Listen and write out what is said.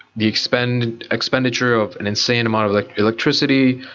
the expenditure expenditure of an insane amount of like electricity,